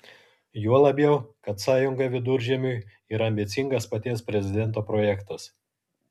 juo labiau kad sąjunga viduržemiui yra ambicingas paties prezidento projektas